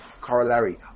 corollary